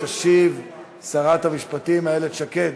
תשיב שרת המשפטים איילת שקד.